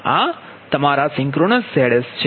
તેથી આ તમારા સિંક્રનસ Zs છે